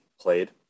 played